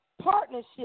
partnership